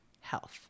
health